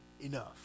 enough